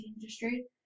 industry